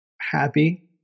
happy